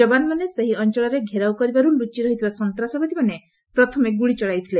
ଯବାନମାନେ ସେହି ଅଞ୍ଚଳରେ ଘେରାଉ କରିବାରୁ ଲୁଚି ରହିଥିବା ସନ୍ତାସବାଦୀମାନେ ପ୍ରଥମେ ଗୁଳି ଚଳାଇଥିଲେ